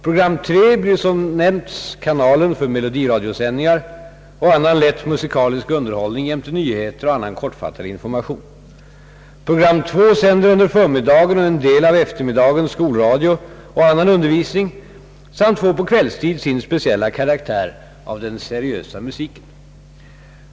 Program 3 blir såsom nämnts kanalen för melodiradiosändningar och annan lätt musikalisk underhållning jämte nyheter och annan kortfattad information. Program 2 sänder under förmiddagen och en del av eftermiddagen skolradio och annan undervisning samt får på kvällstid sin speciella karaktär av den seriösa musiken.